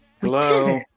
Hello